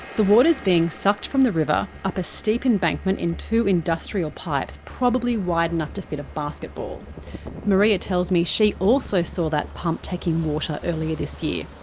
water is being sucked from the river, up a steep embankment in two industrial pipes probably wide enough to fit a basketball marea tells me she also saw that pump taking water earlier this year.